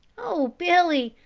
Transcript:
oh, billy,